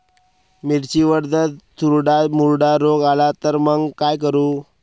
मिर्चीवर जर चुर्डा मुर्डा रोग आला त मंग का करू?